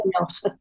else